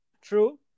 True